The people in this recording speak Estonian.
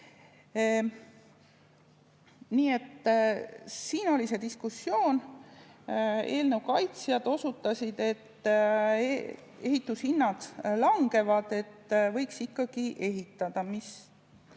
siin oli see diskussioon. Eelnõu kaitsjad osutasid, et ehitushinnad langevad ja võiks ikkagi ehitada.